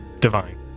divine